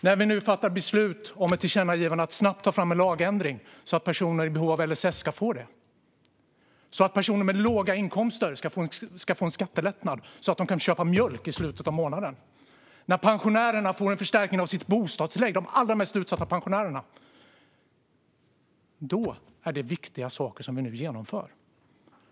När vi nu fattar beslut om ett tillkännagivande om att snabbt ta fram en lagändring så att personer som har behov av LSS ska få det, så att personer med låga inkomster ska få en skattelättnad för att de ska kunna köpa mjölk i slutet av månaden, så att de allra mest utsatta pensionärerna får en förstärkning av bostadstillägg - det är viktiga saker som vi nu genomför.